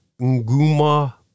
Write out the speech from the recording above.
Nguma